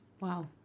Wow